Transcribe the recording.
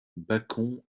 bacon